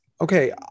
Okay